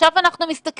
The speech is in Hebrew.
עכשיו אנחנו מסתכלים,